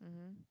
mmhmm